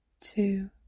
Two